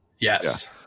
Yes